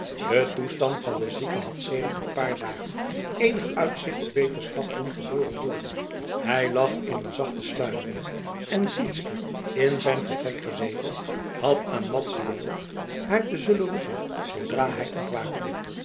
de toestand van den zieke had sedert een paar dagen eenig uitzicht op beterschap doen geboren worden hij lag in een zachte sluimering en sytsken in zijn vertrek gezeten had aan madzy beloofd haar te zullen roepen zoodra hij ontwaakte